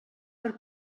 per